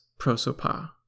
prosopa